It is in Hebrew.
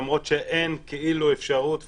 למרות שאין כאילו אפשרות וכו',